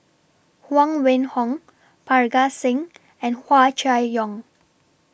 Huang Wenhong Parga Singh and Hua Chai Yong